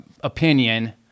opinion